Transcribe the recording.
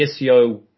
SEO